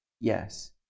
Yes